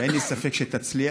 אין לי ספק שתצליח,